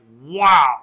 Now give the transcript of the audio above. wow